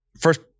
first